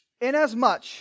Inasmuch